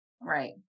right